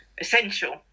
essential